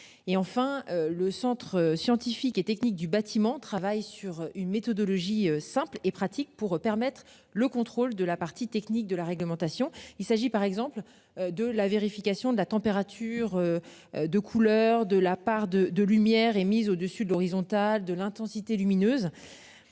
et enfin le Centre scientifique et technique du bâtiment travaille sur une méthodologie simple et pratique pour permettre le contrôle de la partie technique de la réglementation. Il s'agit par exemple de la vérification de la température. De couleur, de la part de de lumière émise au du de l'horizontale de l'intensité lumineuse.